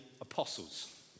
apostles